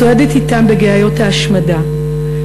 צועדת אתם בגיאיות ההשמדה,